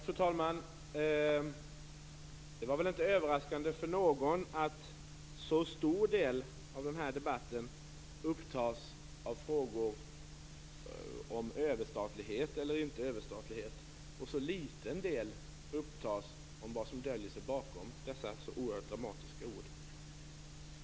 Fru talman! Det är väl inte överraskande för någon att en så stor del av den här debatten upptas av frågor om överstatlighet eller inte och så liten del upptas av vad som döljer sig bakom dessa så oerhört dramatiska ord.